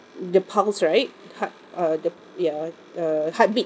the pulse right heart uh the ya uh heartbeat